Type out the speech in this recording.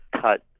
cut